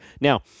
Now